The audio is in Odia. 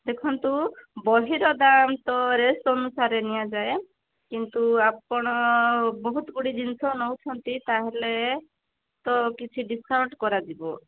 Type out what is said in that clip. ଦେଖନ୍ତୁ ବହିର ଦାମ ତ ରେସ ଅନୁସାରେ ନିଆଯାଏ କିନ୍ତୁ ଆପଣ ବହୁତ ଗୁଡ଼ି ଜିନିଷ ନେଉଛନ୍ତି ତାହେଲେ ତ କିଛି ଡ଼ିସକାଉଣ୍ଟ କରାଯିବ